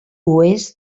oest